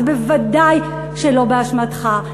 זה בוודאי שלא באשמתך,